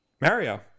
Mario